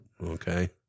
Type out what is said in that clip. Okay